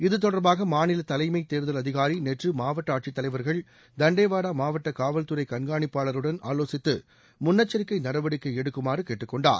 இது தொடர்பாக மாநில தலைமை தேர்தல் அதிகாரி நேற்று மாவட்ட ஆட்சி தலைவர்கள் தண்டேவாடா மாவட்ட காவல்துறை கண்காணிப்பாளருடன் ஆலோசித்து முன்னேச்சரிக்கை நடவடிக்கைகளை எடுக்குமாறு கேட்டுக்கொண்டார்